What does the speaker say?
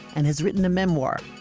and has written a memoir,